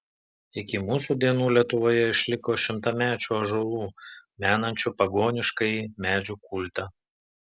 iki mūsų dienų lietuvoje išliko šimtamečių ąžuolų menančių pagoniškąjį medžių kultą